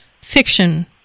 fiction